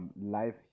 life